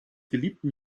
geliebten